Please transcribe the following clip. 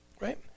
Right